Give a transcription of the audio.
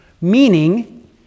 Meaning